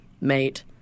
mate